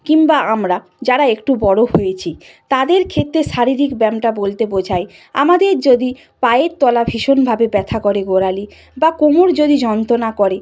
কিংবা আমরা যারা একটু বড় হয়েছি তাদের ক্ষেত্রে শারীরিক ব্যায়ামটা বলতে বোঝায় আমাদের যদি পায়ের তলা ভীষণভাবে ব্যথা করে গোড়ালি বা কোমর যদি যন্ত্রণা করে